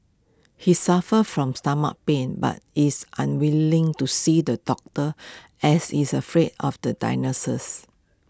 he suffers from stomach pains but is unwilling to see the doctor as he is afraid of the diagnosis